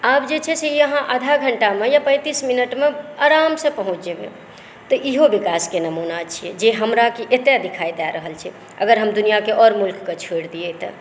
आब जे छै से अहाँ आधा घण्टामे या पैतीस मिनटमे आरामसँ पहुँच जेबय तऽ इहो विकासकेँ नमुना छै जे हमरा कि एतय दिखाई दे रहल छै अगर हम दूनियांकेँ और मुल्ककेँ छोड़ि दियै तऽ